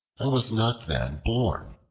i was not then born.